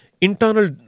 internal